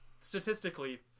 Statistically